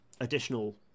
additional